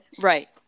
right